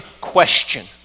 question